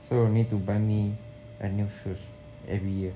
so need to buy me a new shoes every year